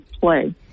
play